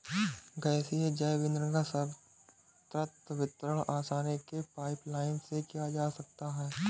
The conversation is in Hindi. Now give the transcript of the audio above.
गैसीय जैव ईंधन का सर्वत्र वितरण आसानी से पाइपलाईन से किया जा सकता है